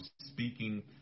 speaking